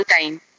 time